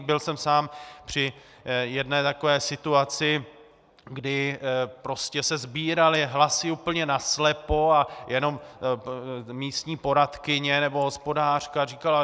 Byl jsem sám při jedné takové situaci, kdy se prostě sbíraly hlasy úplně naslepo a jenom místní poradkyně nebo hospodářka říkala: